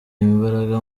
imbaraga